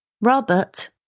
Robert